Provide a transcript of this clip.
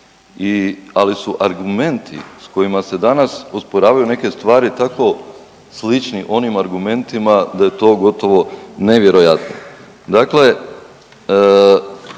ali su argumenti s kojima se danas osporavaju neke stvari tako slični onim argumentima, da je to gotovo nevjerojatno.